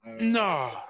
No